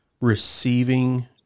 receiving